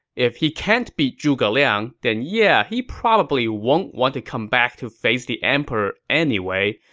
if he can't beat zhuge liang, then yeah, he probably won't want to come back to face the emperor anyway,